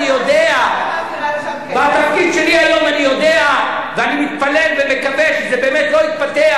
אני יודע ואני מתפלל ומקווה שזה באמת לא יתפתח.